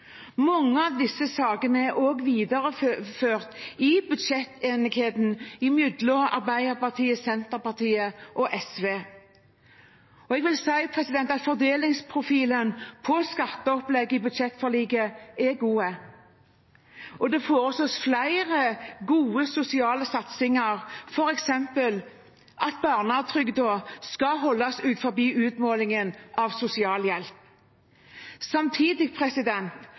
Mange av disse sakene er også videreført i budsjettenigheten mellom Arbeiderpartiet, Senterpartiet og SV. Jeg vil si at fordelingsprofilen på skatteopplegget i budsjettforliket er god, og det foreslås flere gode sosiale satsinger, f.eks. at barnetrygden skal holdes utenfor utmålingen av sosialhjelp. Samtidig